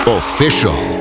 official